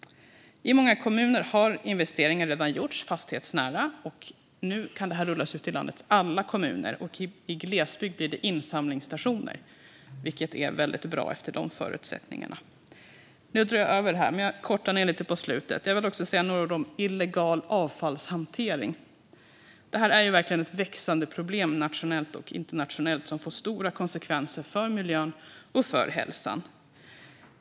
I många kommuner har fastighetsnära investeringar redan gjorts. Nu kan det rullas ut till landets alla kommuner. I glesbygd blir det insamlingsstationer, vilket är mycket bra. Jag vill också säga några ord om illegal avfallshantering. Det är verkligen ett växande problem nationellt och internationellt som får stora konsekvenser för miljön och för hälsan.